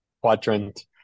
quadrant